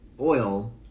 oil